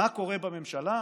מה קורה בממשלה?